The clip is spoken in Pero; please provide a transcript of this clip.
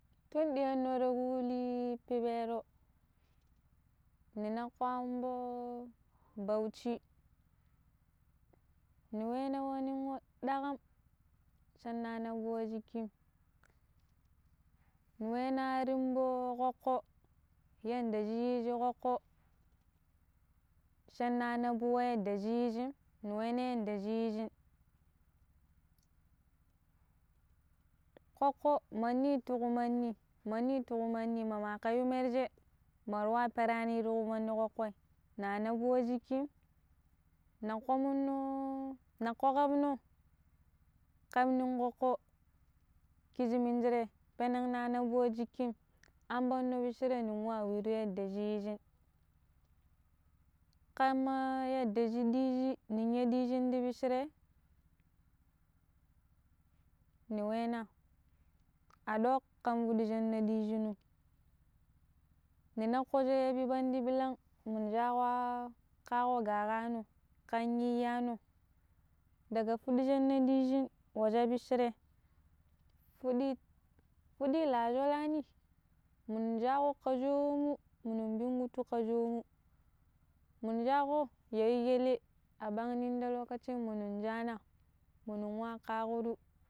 Tun ɗiyanno ti kulli pipero ni naƙƙo ambo Bauchi ni we na we niwo ɗakam shina naɓu wa shikkim ni wena an rimɓo ƙoƙƙo yadda shi yiji ƙoƙƙo shinna naɓu wa yadda shi yijim ni we na yadda shi yijin ƙoƙƙo mani tuƙƙu manni manni tuƙu manni mama aka yu merje mar wa perani tuku man'ni ƙoƙƙoi na naɓu wa shiƙƙim naƙƙo munno, naƙƙo kaɓuno kam nin ƙoƙƙo kiji minjire peneng na naɓu wa shiƙƙim ambanno piccire nin wa wiru yadda shi yijin ƙamma yadda shi ɗijin ninya ɗijin ti piccire ni we na a ɗok kan fuɗi shinna ɗijinim. Ni naƙƙo sha pipandi ɓilang minu shaƙo'a ƙaƙo gaƙano kan iyano daga fuɗi shinna ɗiji kwaja piccire fuɗi fuɗi la sholani munu shaƙo ka shomu munun pinkuttu ka shomu munu shaƙo ya ju ƙale a ɗang non te lokacim mu nun shana munu wa ƙaƙuru.